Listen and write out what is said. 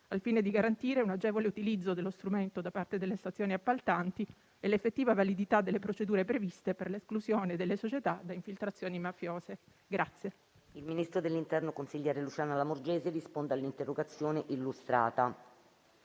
al fine di garantire un agevole utilizzo dello strumento da parte delle stazioni appaltanti e l'effettiva validità delle procedure previste per l'esclusione delle società da infiltrazioni mafiose. PRESIDENTE. Il ministro dell'interno, consigliere di Stato Lamorgese, ha facoltà di rispondere all'interrogazione testé illustrata,